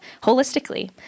holistically